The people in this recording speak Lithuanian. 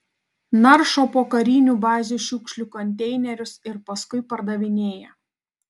naršo po karinių bazių šiukšlių konteinerius ir paskui pardavinėja